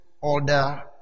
order